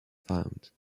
found